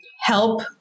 help